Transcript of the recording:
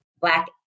Black